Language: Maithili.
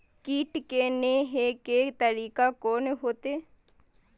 कीट के ने हे के तरीका कोन होते?